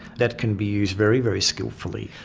that can be used very, very skilfully.